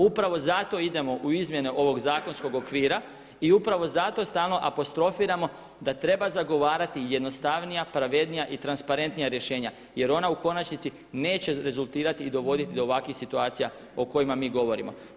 Upravo zato idemo u izmjene ovog zakonskog okvira i upravo zato stalno apostrofiramo da treba zagovarati jednostavnija, pravednija i transparentnija rješenja jer ona u konačnici neće rezultirati i dovoditi do ovakvih situacija o kojima mi govorimo.